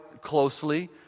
closely